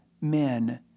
men